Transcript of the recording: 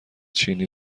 چینی